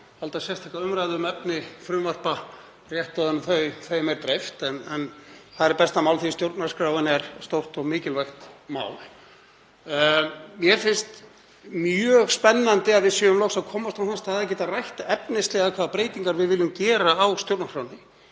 halda sérstaka umræðu um efni frumvarpa rétt áður en þeim er dreift. Það er besta mál því að stjórnarskráin er stórt og mikilvægt mál. Mér finnst mjög spennandi að við séum loks að komast á þann stað að geta rætt efnislega hvaða breytingar við viljum gera á stjórnarskránni.